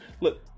look